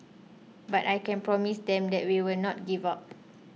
but I can promise them that we will not give up